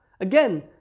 Again